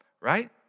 right